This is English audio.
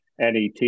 NET